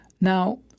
Now